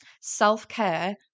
self-care